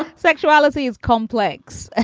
ah sexuality is complex. ah